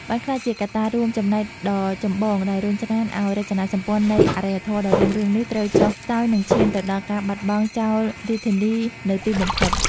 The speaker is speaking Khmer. បានក្លាយជាកត្តារួមចំណែកដ៏ចម្បងដែលរុញច្រានឱ្យរចនាសម្ព័ន្ធនៃអរិយធម៌ដ៏រុងរឿងនេះត្រូវចុះខ្សោយ និងឈានទៅដល់ការបោះបង់ចោលរាជធានីនៅទីបំផុត។